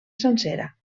sencera